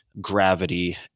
gravity